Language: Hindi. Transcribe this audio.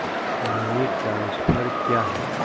मनी ट्रांसफर क्या है?